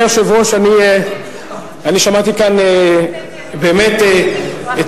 אדוני היושב-ראש, אני שמעתי כאן באמת את